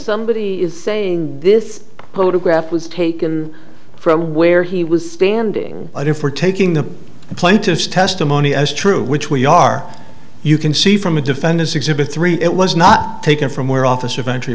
somebody is saying this photograph was taken from where he was standing but if we're taking the plaintiff's testimony as true which we are you can see from the defendant's exhibit three it was not taken from where officer ventry